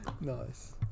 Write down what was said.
Nice